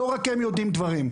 לא רק הם יודעים דברים.